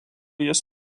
jis